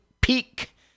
peak